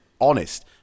honest